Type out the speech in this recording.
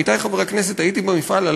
עמיתי חברי הכנסת: הייתי במפעל,